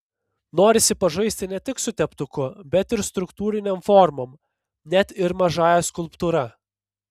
norisi pažaisti ne tik su teptuku bet ir struktūrinėm formom net ir mažąja skulptūra